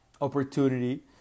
opportunity